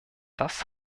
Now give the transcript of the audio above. das